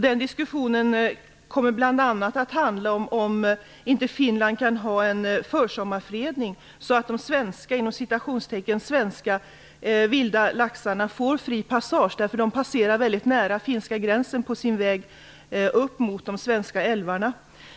Den diskussionen kommer bl.a. att handla om inte Finland kan ha en försommarfredning så att de "svenska" vilda laxarna får fri passage. De passerar väldigt nära finska gränsen på sin väg upp mot de svenska älvarna.